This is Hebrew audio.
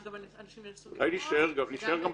אנשים --- כדאי גם להישאר בתחום,